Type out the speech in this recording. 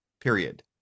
period